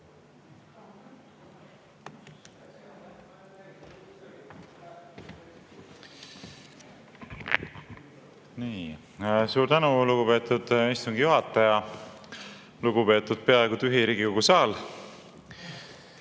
Suur tänu, lugupeetud istungi juhataja! Lugupeetud peaaegu tühi Riigikogu saal!